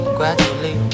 gradually